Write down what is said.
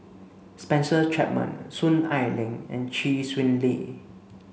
Spencer Chapman Soon Ai Ling and Chee Swee Lee